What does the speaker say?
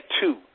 two